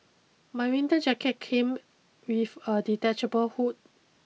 my winter jacket came with a detachable hood